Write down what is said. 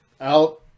out